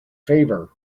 favor